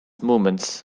movements